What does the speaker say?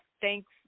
Thanks